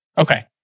Okay